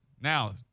Now